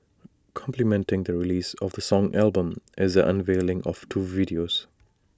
complementing the release of the song album is the unveiling of two videos